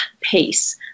pace